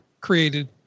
created